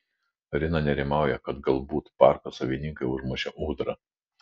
rina nerimauja kad galbūt parko savininkai užmušė ūdrą